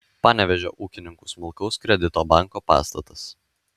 panevėžio ūkininkų smulkaus kredito banko pastatas